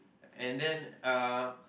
and then uh